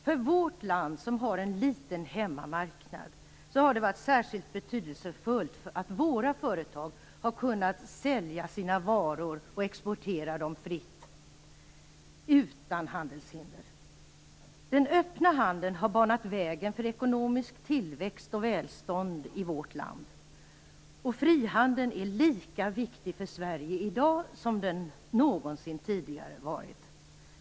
För vårt land, som har en liten hemmamarknad, har det varit särskilt betydelsefullt att våra företag har kunnat sälja sina varor och exportera dem fritt utan handelshinder. Den öppna handeln har banat vägen för ekonomisk tillväxt och välstånd i vårt land. Frihandeln är lika viktig för Sverige i dag som den någonsin tidigare varit.